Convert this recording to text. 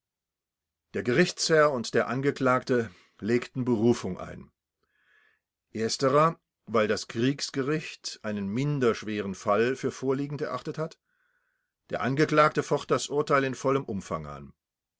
der gerichtsherr und der angeklagte legten berufung ein ersterer weil das kriegsgericht einen minder schweren fall für vorliegend erachtet hat der angeklagte focht das urteil in vollem umfange an